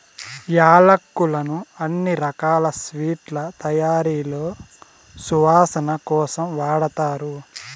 యాలక్కులను అన్ని రకాల స్వీట్ల తయారీలో సువాసన కోసం వాడతారు